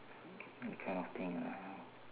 that kind of thing ah